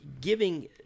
giving